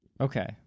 Okay